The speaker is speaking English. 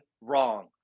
wrong